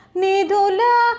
nidula